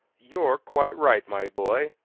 you're quite right, my boy,